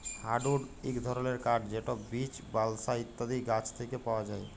hardwood ইক ধরলের কাঠ যেট বীচ, বালসা ইত্যাদি গাহাচ থ্যাকে পাউয়া যায়